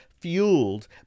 fueled